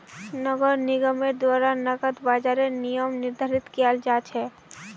नगर निगमेर द्वारा नकद बाजारेर नियम निर्धारित कियाल जा छेक